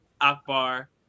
Akbar